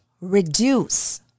reduce